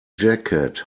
jacket